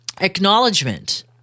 acknowledgement